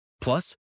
Plus